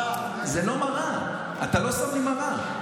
זו לא מראה, אתה לא שם לי מראה.